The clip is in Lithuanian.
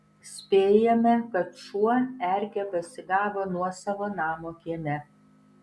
spėjame kad šuo erkę pasigavo nuosavo namo kieme